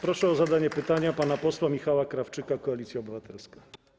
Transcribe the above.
Proszę o zadanie pytania pana posła Michała Krawczyka, Koalicja Obywatelska.